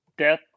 Death